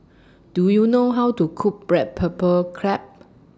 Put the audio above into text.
Do YOU know How to Cook Black Pepper Crab